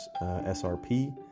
SRP